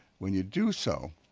when you do so,